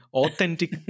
authentic